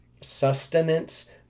sustenance